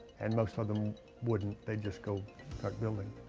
and most of of them wouldn't, they just go start building.